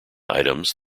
items